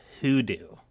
Hoodoo